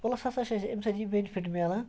plus ہَسا چھِ اَسہِ اَمہِ سۭتۍ یہِ بٮ۪نِفِٹ مِلان